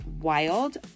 wild